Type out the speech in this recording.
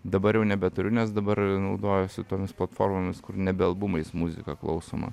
dabar jau nebeturiu nes dabar naudojuosi tomis platformomis kur nebe albumais muzika klausoma